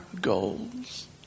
goals